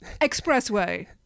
Expressway